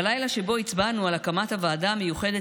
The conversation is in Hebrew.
בלילה שבו הצבענו על הקמת הוועדה המיוחדת